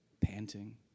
panting